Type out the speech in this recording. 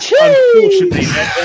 Unfortunately